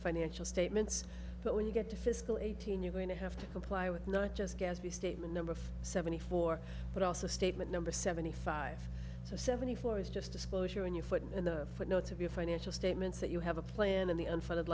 financial statements but when you get to fiscal eighteen you're going to have to comply with not just gas the statement number of seventy four but also statement number seventy five so seventy four is just disclosure and you put in the footnotes of your financial statements that you have a plan in the unfunded